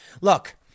Look